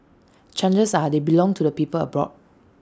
chances are they belong to people abroad